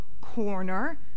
corner